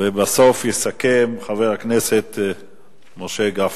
ובסוף יסכם חבר הכנסת משה גפני,